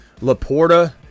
Laporta